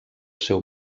seu